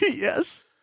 Yes